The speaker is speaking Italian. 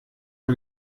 che